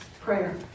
Prayer